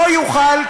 לא יוכל,